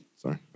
Sorry